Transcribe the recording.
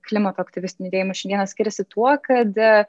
klimato aktyvistinių judėjimų šiandieną skiriasi tuo kad